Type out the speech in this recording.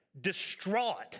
distraught